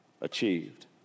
achieved